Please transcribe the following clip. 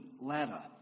ladder